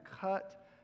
cut